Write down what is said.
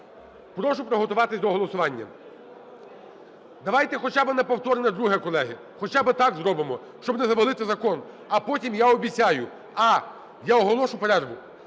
прошу приготуватися до голосування. Давайте хоча би на повторне друге, колеги. Хоча би так зробимо, щоб не завалити закон. А потім, я обіцяю: а) я оголошую перерву;